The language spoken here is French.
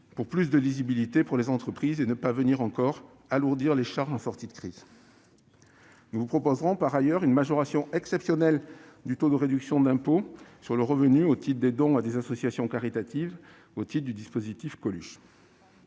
de ce dispositif pour les entreprises et de ne pas alourdir davantage leurs charges en sortie de crise. Nous vous proposerons par ailleurs une majoration exceptionnelle du taux de réduction d'impôt sur le revenu au titre des dons à des associations caritatives dans le cadre du dispositif dit Coluche.